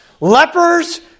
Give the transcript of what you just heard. lepers